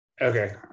okay